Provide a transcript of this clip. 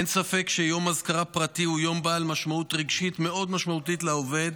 אין ספק שיום אזכרה פרטי הוא יום בעל משמעות רגשית מאוד משמעותית לעובד,